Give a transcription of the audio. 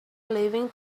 leaving